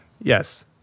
Yes